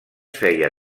feia